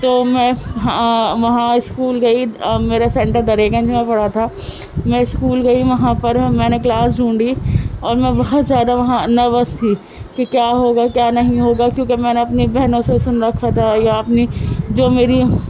تو میں وہاں اسکول گئی میرا سینٹر دریا گنج میں پڑا تھا میں اسکول گئی وہاں پر میں نے کلاس ڈھونڈی اور میں بہت زیادہ وہاں نروس تھی کہ کیا ہوگا کیا نہیں ہوگا کیونکہ میں نے اپنی بہنوں سے سُن رکھا تھا یا اپنی جو میری